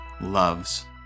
loves